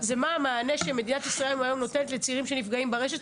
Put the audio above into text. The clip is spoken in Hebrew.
זה מה המענה שמדינת ישראל היום נותנת לצעירים שנפגעים ברשת,